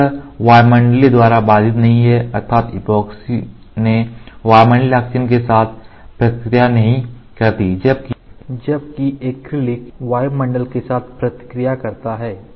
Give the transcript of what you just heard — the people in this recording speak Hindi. तो यह वायुमंडलीय द्वारा बाधित नहीं है अर्थात ऐपोक्सी ने वायुमंडलीय ऑक्सीजन के साथ प्रतिक्रिया नहीं करती है जबकि ऐक्रेलिक वायुमंडल के साथ प्रतिक्रिया करता है